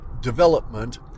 development